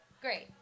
Great